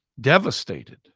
devastated